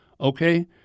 Okay